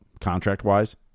contract-wise